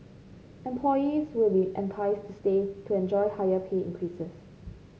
employees will be enticed to stay to enjoy higher pay increases